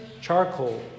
Charcoal